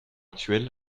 actuel